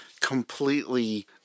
completely